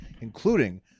including